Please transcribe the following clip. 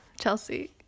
Chelsea